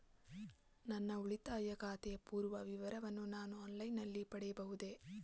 ನನ್ನ ಉಳಿತಾಯ ಖಾತೆಯ ಪೂರ್ಣ ವಿವರಗಳನ್ನು ನಾನು ಆನ್ಲೈನ್ ನಲ್ಲಿ ಪಡೆಯಬಹುದೇ?